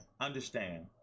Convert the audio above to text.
Understand